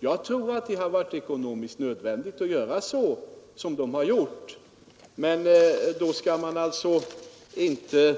Jag tror att det varit ekonomiskt nödvändigt att göra som man gjort. Men då skall man inte